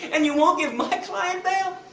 and you won't give my client bail?